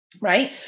right